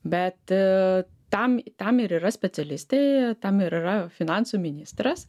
bet tam tam ir yra specialistai tam ir yra finansų ministras